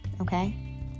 okay